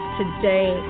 today